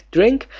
Drink